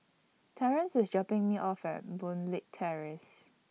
Terence IS dropping Me off At Boon Leat Terrace